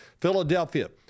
Philadelphia